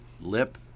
lip